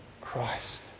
christ